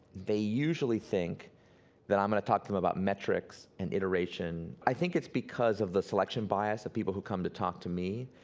they usually think that i'm going to talk to them about metrics and iteration. i think it's because of the selection bias of people who come to talk to me.